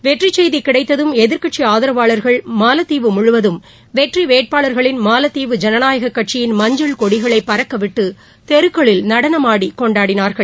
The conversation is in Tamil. வெற்றிசெய்திகிடைத்ததும் எதிர்கட்சிஆதரவாளர்கள் மாலத்தீவு முழுவதும் வெற்றிவேட்பாளர்களின் மாலத்தீவு ஜனநாயககட்சியின் மஞ்சள் கொடிகளைபறக்கவிட்டுதெருக்களில் நடனமாடிகொண்டாடினார்கள்